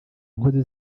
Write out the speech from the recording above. nkozi